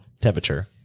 temperature